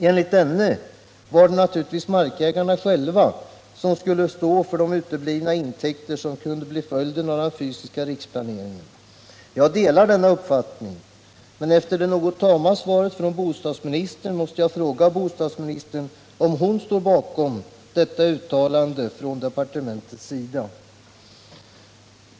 Enligt denne var det naturligtvis markägarna själva som skulle stå för de uteblivna intäkter som kunde bli följden av den fysiska riksplaneringen. Jag delar denna uppfattning. Men efter det något tama svaret på min interpellation måste jag fråga bostadsministern, om hon står bakom detta uttalande från departementet.